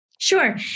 Sure